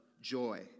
joy